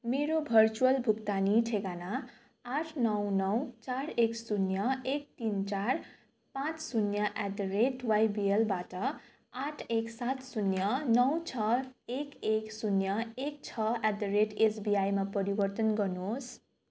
मेरो भर्चुवल भुक्तानी ठेगाना आठ नौ नौ चार एक शून्य एक तिन चार पाँच शून्य एट द रेट वाइबिएलबाट आठ एक सात शून्य नौ छ एक एक शून्य एक छ एट द रेट एसबिआईमा परिवर्तन गर्नुहोस्